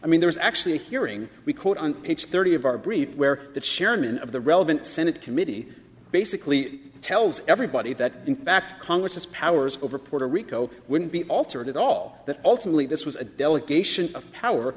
i mean there's actually a hearing we quote on page thirty of our brief where the chairman of the relevant senate committee basically tells everybody that in fact congress has powers over puerto rico wouldn't be altered at all that ultimately this was a delegation of power